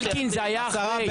אלקין, זה היה אחרי.